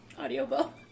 Audiobook